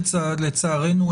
לצערנו,